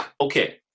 Okay